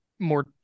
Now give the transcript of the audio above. More